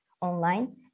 online